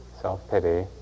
self-pity